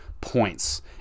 points